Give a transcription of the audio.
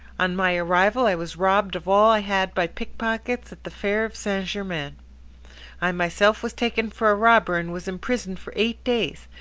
on my arrival i was robbed of all i had by pickpockets at the fair of st. germain. i myself was taken for a robber and was imprisoned for eight days,